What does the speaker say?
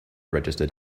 registered